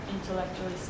intellectually